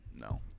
No